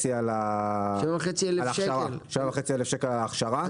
7,500 שקלים על ההכשרה.